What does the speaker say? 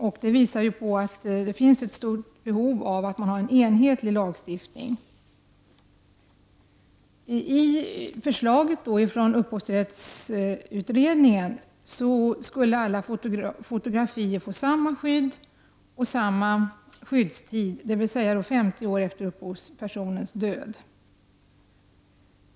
Detta visar ytterligare att behovet av enhetlig lagstiftning är stort. I upphovsrättsutredningens förslag ges alla fotografier samma skydd och samma skyddstid, dvs. 50 år efter upphovsmannens död.